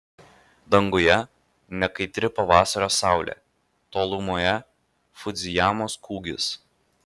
danguje nekaitri pavasario saulė tolumoje fudzijamos kūgis